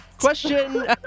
Question